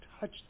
touch